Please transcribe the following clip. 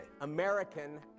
American